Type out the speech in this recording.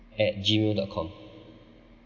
at gmail dot com